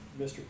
Mr